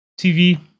TV